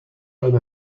bonne